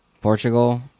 Portugal